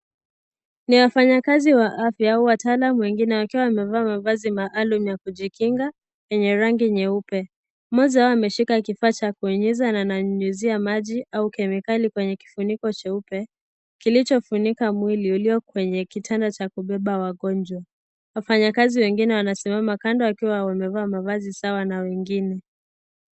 Ni wafanyakazi wa afya wataalam wengine wakiwa wamevaa mavazi maalum ya kujikinga yenye rangi nyeupe, mmoja wao ameshika kifaa cha kunyunyiza na ananyunyiza maji au kemikali kwenye kifuniko cheupe kilichofunika mwili ulio kwenye kitanda cha kubeba wagonjwa wafanyakazi wengine wamesimama kando wakiwa wamevaa mavazi sawa na wengine.